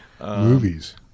Movies